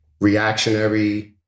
reactionary